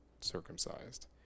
circumcised